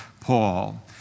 Paul